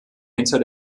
hinter